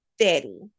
steady